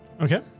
Okay